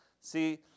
See